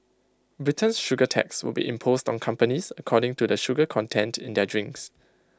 Britain's sugar tax would be imposed on companies according to the sugar content in their drinks